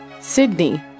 Sydney